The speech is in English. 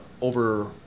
over